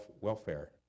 welfare